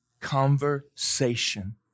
conversation